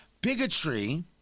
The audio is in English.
Bigotry